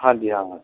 ਹਾਂਜੀ ਹਾਂ